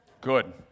Good